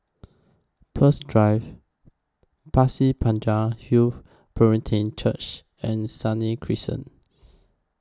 Peirce Drive Pasir Panjang Hill Brethren Church and Senang Crescent